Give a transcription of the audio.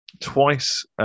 twice